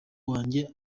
wawe